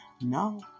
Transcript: No